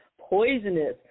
poisonous